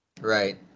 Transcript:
Right